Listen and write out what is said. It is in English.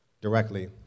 directly